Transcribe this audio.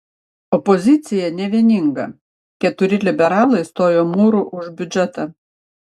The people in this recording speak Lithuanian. opozicija nevieninga keturi liberalai stojo mūru už biudžetą